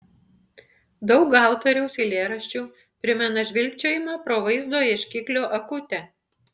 daug autoriaus eilėraščių primena žvilgčiojimą pro vaizdo ieškiklio akutę